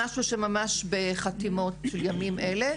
זה משהו שהוא ממש בחתימות בימים אלה.